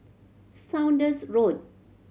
Saunders Road